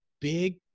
big